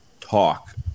talk